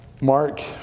Mark